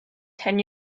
ten